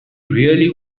really